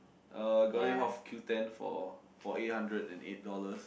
uh got it off Q ten for for eight hundred and eight dollars